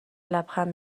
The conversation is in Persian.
لبخند